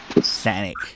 Sonic